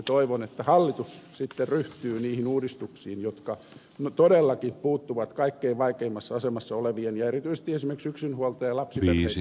toivon että hallitus sitten ryhtyy niihin uudistuksiin jotka todellakin puuttuvat kaikkein vaikeimmassa asemassa olevien ja erityisesti esimerkiksi yksinhuoltajien ja lapsiperheiden asemaan